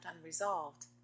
unresolved